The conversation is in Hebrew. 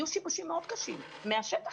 יהיו שיבושים מאוד קשים מהשטח,